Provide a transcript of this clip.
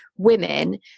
women